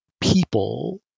people